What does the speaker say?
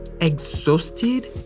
exhausted